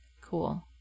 Cool